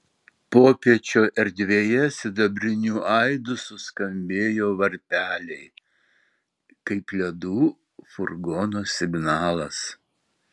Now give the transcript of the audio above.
popiečio erdvėje sidabriniu aidu suskambėjo varpeliai kaip ledų furgono signalas